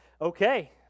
Okay